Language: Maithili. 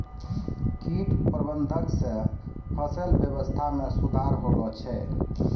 कीट प्रबंधक से फसल वेवस्था मे सुधार होलो छै